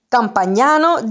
Campagnano